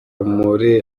muri